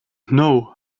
know